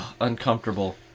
uncomfortable